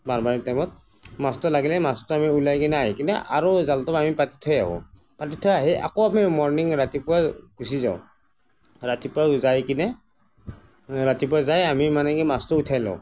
মূৰা মূৰি টাইমত মাছটো লাগিলে মাছটো আমি ওলাই কিনে আহি কিনে আৰু জালটো আমি পাতি থৈ আহোঁ পাতি থৈ আহি আকৌ আমি মৰণিং ৰাতিপুৱা গুচি যাওঁ ৰাতিপুৱা যায় কিনে ৰাতিপুৱা যায় আমি মানে কি মাছটো উঠাই লওঁ